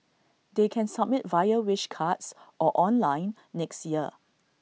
they can submit via wish cards or online next year